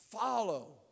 follow